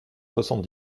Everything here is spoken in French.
soixante